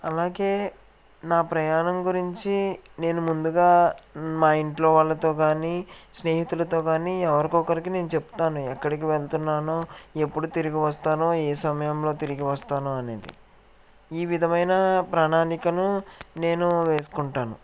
అలాగే నా ప్రయాణం గురించి నేను ముందుగా మా ఇంట్లో వాళ్లతోగానీ స్నేహితులతోగానీ ఎవరికో ఒకరికి నేను చెప్తాను ఎక్కడికి వెళ్తున్నాను ఎప్పుడు తిరిగి వస్తానో ఎ సమయంలో తిరిగి వస్తాను అనేది ఈ విధమైన ప్రణాళికని నేను వేసుకుంటాను